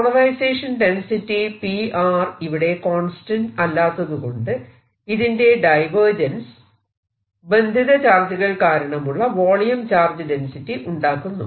polarisation density P ഇവിടെ constant അല്ലാത്തതുകൊണ്ട് ഇതിന്റെ ഡൈവേർജൻസ് ബന്ധിത ചാർജുകൾ കാരണമുള്ള വോളിയം ചാർജ് ഡെൻസിറ്റി ഉണ്ടാക്കുന്നു